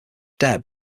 deb